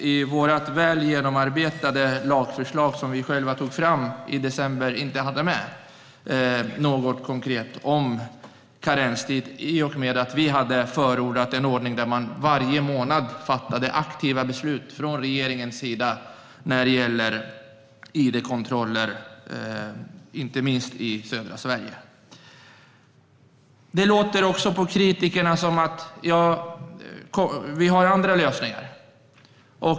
I vårt väl genomarbetade lagförslag, som vi själva tog fram i december, hade vi inte med något konkret om karenstid i och med att vi hade förordat en ordning där man varje månad skulle fatta aktiva beslut från regeringens sida beträffande id-kontroller, inte minst i södra Sverige. Det låter på kritikerna som att de har andra lösningar.